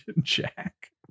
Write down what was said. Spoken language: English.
Jack